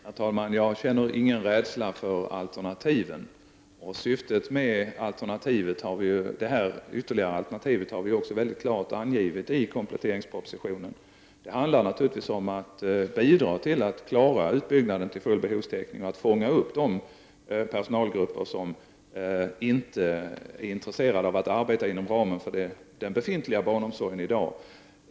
Herr talman! Jag känner ingen rädsla inför alternativen. Syftet med det ytterligare alternativet har vi ju också mycket klart angivit i kompletteringspropositionen. Det handlar naturligtvis om att alternativen skall bidra till att klara utbyggnaden till full behovstäckning och att fånga upp de personalgrupper som inte är intresserade av att arbeta inom ramen för den befintliga barnomsorgen i dag.